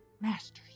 Masters